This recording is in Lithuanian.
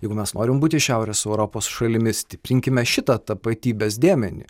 jeigu mes norim būti šiaurės europos šalimis stiprinkime šitą tapatybės dėmenį